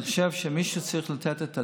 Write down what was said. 17 נשים מתחילת השנה איבדו את חייהן.